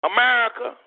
America